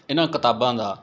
ਇਹਨਾਂ ਕਿਤਾਬਾਂ ਦਾ